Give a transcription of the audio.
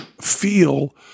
feel